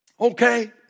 Okay